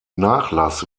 nachlass